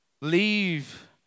leave